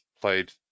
played